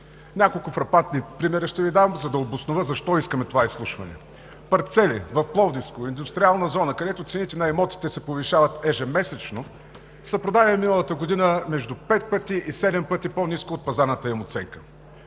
няколко фрапантни примера, за да обоснова защо искаме това изслушване: парцели в Пловдивско – Индустриална зона, където цените на имотите се повишават ежемесечно, са продадени миналата година между пет и седем пъти по-ниско от пазарната им оценка;